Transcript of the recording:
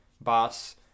boss